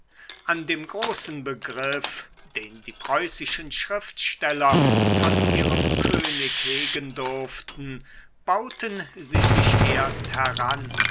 an dem großen begriff den die preußischen schriftsteller von ihrem könig hegen durften bauten sie sich erst heran